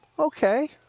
Okay